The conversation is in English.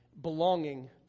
belonging